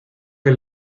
que